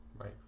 Right